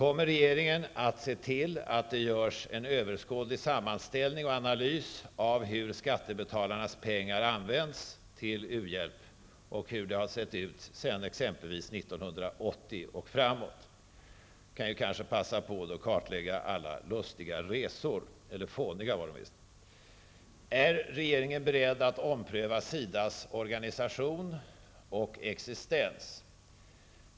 Kommer regeringen att se till att det görs en överskådlig sammanställning och analys av hur skattebetalarnas pengar används till u-hjälp och hur det har sett ut sedan exempelvis 1980 och framåt? Då kan man kanske också passa på att kartlägga alla ''fåniga'' resor. 4. Är regeringen beredd att ompröva SIDAs organisation och existens?